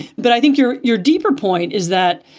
but i think you're your deeper point is that,